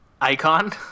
icon